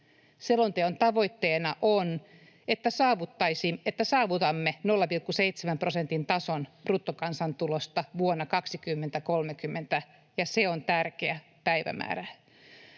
Selonteon tavoitteena on, että saavutamme 0,7 prosentin tason bruttokansantulosta vuonna 2030, ja se on tärkeä päivämäärä.